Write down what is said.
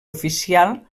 oficial